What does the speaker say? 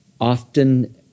Often